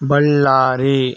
Ballari